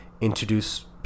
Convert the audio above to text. introduce